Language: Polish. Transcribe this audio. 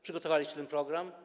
Przygotowaliście ten program?